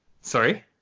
Sorry